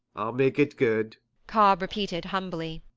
make it good cobb repeated humbly,